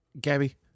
Gabby